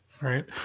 right